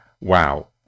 Wow